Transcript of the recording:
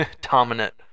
dominant